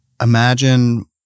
Imagine